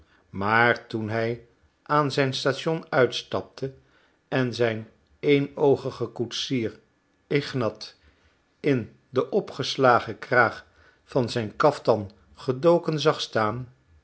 maar toen hij aan zijn station uitstapte en zijn eenoogigen koetsier ignat in den opgeslagen kraag van zijn kaftan gedoken zag staan